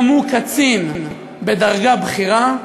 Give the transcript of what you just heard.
גם הוא קצין בדרגה בכירה,